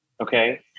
okay